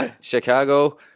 Chicago